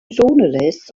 journalists